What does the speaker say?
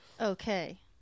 Okay